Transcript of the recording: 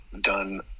done